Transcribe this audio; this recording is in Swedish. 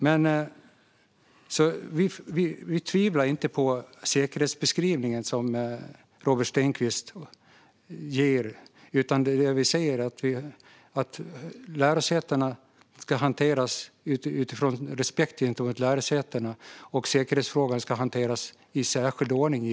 Vi tvivlar alltså inte på den säkerhetsbeskrivning som Robert Stenkvist ger, utan det vi säger är att lärosätena ska hanteras med respekt gentemot lärosätena och att säkerhetsfrågan givetvis ska hanteras i särskild ordning.